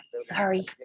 Sorry